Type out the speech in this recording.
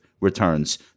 Returns